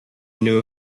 knew